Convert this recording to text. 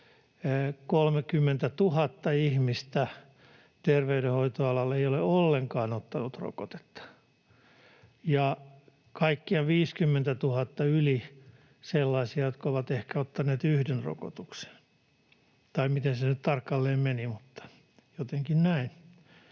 30 000 ihmistä terveydenhoitoalalla ei ole ollenkaan ottanut rokotetta ja kaikkiaan on yli 50 000 sellaisia, jotka ovat ehkä ottaneet yhden rokotuksen, tai miten se nyt tarkalleen meni, jotenkin näin.